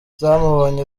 zamubonye